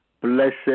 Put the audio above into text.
Blessed